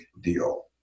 deal